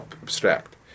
abstract